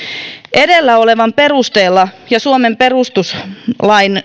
edellä olevan perusteella ja suomen perustuslain